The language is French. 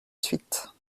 suite